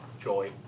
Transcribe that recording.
Joy